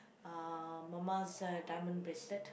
uh mama's uh diamond bracelet